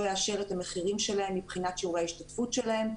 יאשר את המחירים שלהם מבחינת שיעור ההשתתפות שלהם.